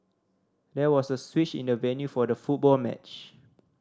there was a switch in the venue for the football match